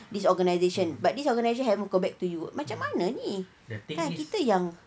this organisation but this organisation haven't got back to you macam mana ni kan kita yang